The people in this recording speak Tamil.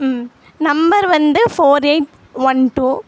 ம் நம்பர் வந்து ஃபோர் எயிட் ஒன் டூ